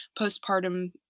postpartum